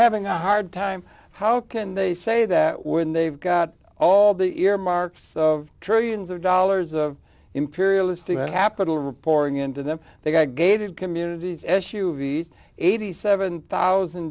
having a hard time how can they say that when they've got all the earmarks of trillions of dollars of imperialistic happened all reporting into them they got gated communities s u v s eighty seven thousand